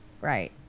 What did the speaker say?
right